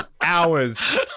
hours